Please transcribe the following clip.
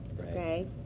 okay